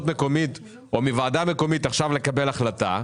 מקומית או מוועדה מקומית עכשיו לקבל החלטה.